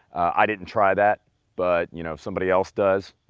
i didn't try that but you know somebody else does,